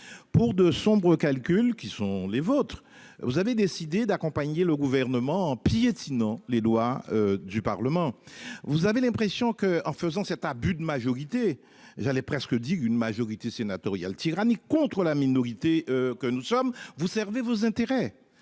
pour de sombres calculs qui sont les vôtres vous avez décidé d'accompagner le gouvernement en piétinant les lois du Parlement. Vous avez l'impression que, en faisant cet abus de majorité. J'allais presque dire une majorité sénatoriale tyrannique contre la minorité que nous sommes, vous servez vos intérêts.